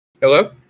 Hello